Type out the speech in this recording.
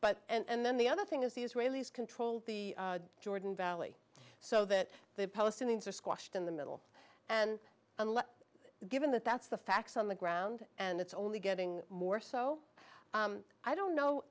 but and then the other thing is the israelis control the jordan valley so that the palestinians are squashed in the middle and unless given that that's the facts on the ground and it's only getting more so i don't know